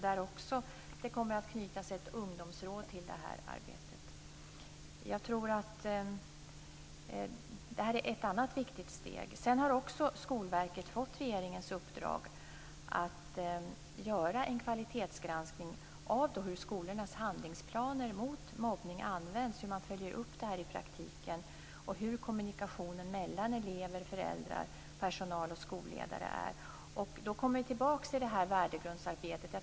Det kommer också att knytas ett ungdomsråd till det arbetet. Jag tror att det är ett annat viktigt steg. Sedan har Skolverket fått regeringens uppdrag att göra en kvalitetsgranskning av hur skolornas handlingsplaner mot mobbning används, hur man följer upp det här i praktiken och hur kommunikationen mellan elever, föräldrar, personal och skolledare är. Då kommer vi tillbaka till det här värdegrundsarbetet.